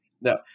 no